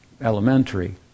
elementary